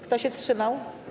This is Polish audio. Kto się wstrzymał?